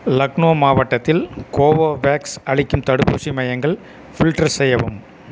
லக்னோ மாவட்டத்தில் கோவோவேக்ஸ் அளிக்கும் தடுப்பூசி மையங்கள் ஃபில்டர் செய்யவும்